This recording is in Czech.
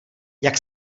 jak